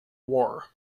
war